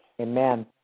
Amen